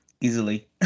Easily